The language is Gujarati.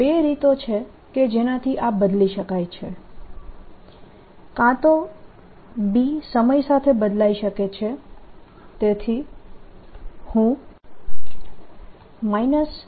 બે રીતો છે કે જેનાથી આ બદલી શકાય છે કાં તો B સમય સાથે બદલાય શકે છે